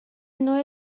نوع